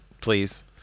please